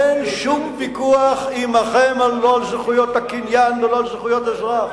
אין שום ויכוח עמכם לא על זכויות הקניין ולא על זכויות אזרח.